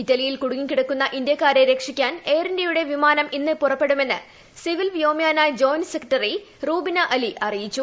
ഇറ്റലിയിൽ കുടുങ്ങിക്കിടക്കുന്ന ഇന്ത്യക്കാരെ രക്ഷിക്കാൻ എയർ ഇന്ത്യയുടെ വിമാനം ഇന്ന് പുറപ്പെടുമെന്ന് സിവിൽ വ്യോമയാന ജോയിന്റ് സെക്രട്ടറി റൂബിന അലി അറിയിച്ചു